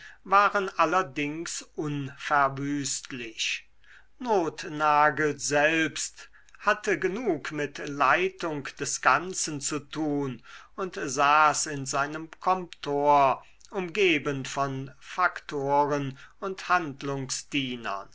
waren allerdings unverwüstlich nothnagel selbst hatte genug mit leitung des ganzen zu tun und saß in seinem comptoir umgeben von faktoren und